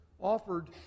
offered